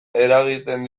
eragiten